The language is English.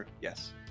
Yes